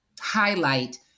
highlight